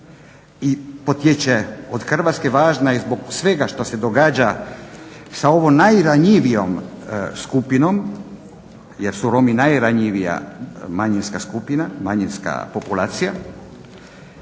i potječe od Hrvatske, važna je zbog svega što se događa sa ovom najranjivijom skupinom jer su Romi najranjivija manjinska populacija